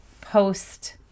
post